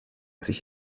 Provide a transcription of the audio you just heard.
sich